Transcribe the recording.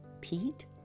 Pete